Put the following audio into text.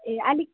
ए अलिक